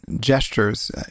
gestures